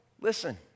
listen